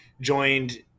joined